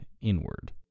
inward